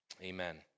Amen